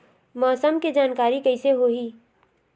मौसम के जानकारी कइसे होही?